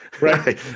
Right